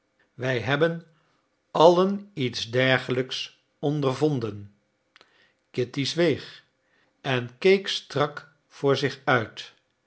wij hebben allen iets dergelijks ondervonden kitty zweeg en keek strak voor zich uit